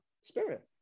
spirit